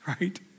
right